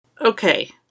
Okay